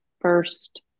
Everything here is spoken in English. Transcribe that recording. first